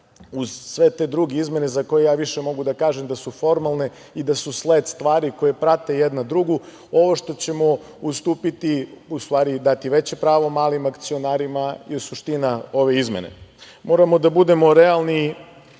uz sve te druge izmene za koje ja više mogu da kažem da su formalne i da su sled stvari koje prate jedna drugu, ovo što ćemo ustupiti, u stvari dati veće pravo malim akcionarima je suština ove izmene. Moramo da budemo realni